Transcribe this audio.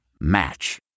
Match